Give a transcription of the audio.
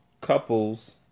couples